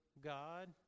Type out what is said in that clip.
god